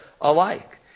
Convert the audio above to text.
alike